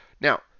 Now